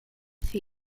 für